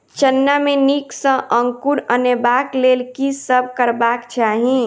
चना मे नीक सँ अंकुर अनेबाक लेल की सब करबाक चाहि?